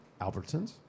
Albertsons